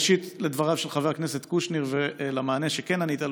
ראשית לדבריו של חבר הכנסת קושניר ולמענה שכן ענית לו.